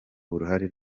uruhare